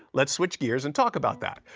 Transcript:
let's switch gears and talk about that.